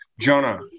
Jonah